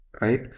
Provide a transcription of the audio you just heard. right